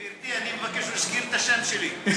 גברתי, אני מבקש, הוא הזכיר את השם שלי.